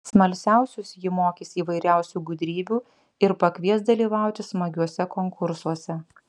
smalsiausius ji mokys įvairiausių gudrybių ir pakvies dalyvauti smagiuose konkursuose